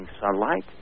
sunlight